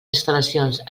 instal·lacions